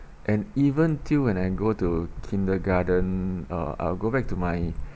and even till when I go to kindergarten uh I'll go back to my